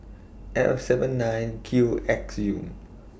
F seven nine Q X U